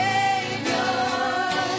Savior